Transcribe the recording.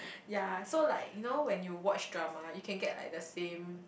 ya so like you know when you watch drama you can get like the same